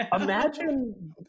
Imagine